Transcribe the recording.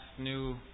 new